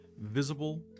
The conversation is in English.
visible